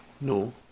No